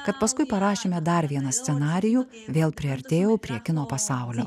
kad paskui parašėme dar vieną scenarijų vėl priartėjau prie kino pasaulio